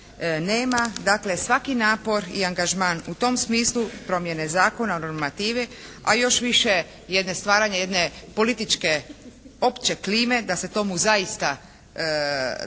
nema. Dakle, svaki napor i angažman u tom smislu promjene zakona normativi a još više stvaranje jedne političke opće klime da se to i ostvari